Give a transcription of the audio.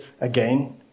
again